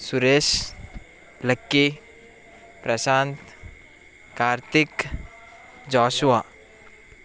Suresh Lucky Prashant Karthik Jashuva